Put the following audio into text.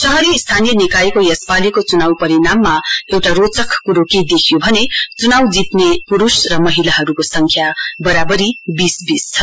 शहरी स्थानीय निकायको यस पालीको चुनाउ परिणाममा एउटा रोचक क्रो के देखियो भने चुनाउ जित्ने पुरुष र महिलाहरूको संख्या बराबरी बीस बीस छ